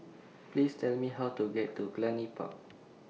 Please Tell Me How to get to Cluny Park